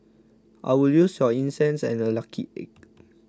I will use your incense and a lucky egg